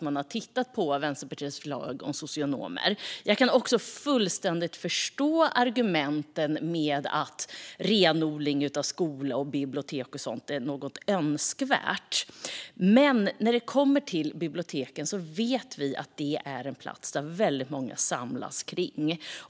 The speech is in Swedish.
Man har tittat på Vänsterpartiets förslag om socionomer. Jag kan också fullständigt förstå argumenten om att renodling av skola, bibliotek och så vidare är något önskvärt. Men vi vet att biblioteken är platser som väldigt många samlas kring.